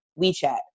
WeChat